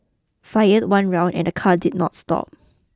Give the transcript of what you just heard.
fired it one round and the car did not stop